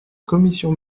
commission